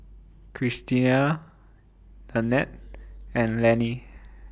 Christiana Nannette and Lannie